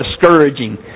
discouraging